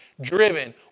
driven